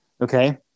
Okay